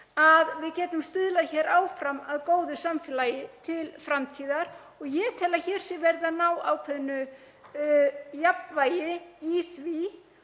að við getum stuðlað áfram að góðu samfélagi til framtíðar. Ég tel að hér sé verið að ná ákveðnu jafnvægi í því